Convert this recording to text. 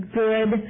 good